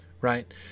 right